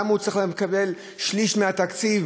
למה הוא צריך לקבל שליש מהתקציב